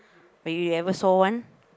but you ever saw one